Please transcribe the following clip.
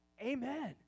Amen